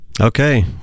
Okay